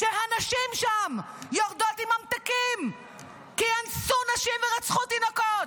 כשהנשים שם יורדות עם ממתקים כי אנסו נשים ורצחו תינוקות,